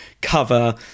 cover